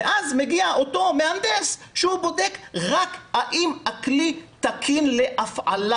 ואז מגיע אותו מהנדס שבודק רק האם הכלי תקין להפעלה.